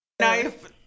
Knife